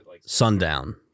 Sundown